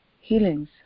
healings